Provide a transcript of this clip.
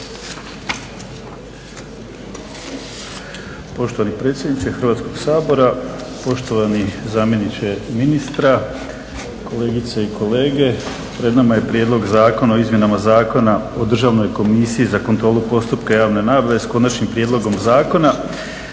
Poštovani predsjedniče Hrvatskog sabora, poštovani zamjeniče ministra, kolegice i kolege. Pred nama je Prijedlog zakona o izmjenama Zakona o Državnoj komisiji za kontrolu postupka javne nabave s konačnim prijedlogom zakona.